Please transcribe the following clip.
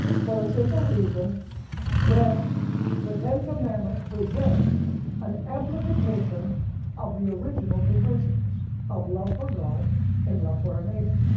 for the simple reason that the ten commandments present an amplification of the original two principles of love for god and love for our neighbor,